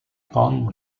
pentes